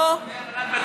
לא.